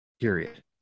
period